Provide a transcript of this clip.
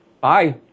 Bye